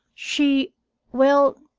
she well,